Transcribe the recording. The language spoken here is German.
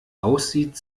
aussieht